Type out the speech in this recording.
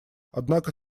однако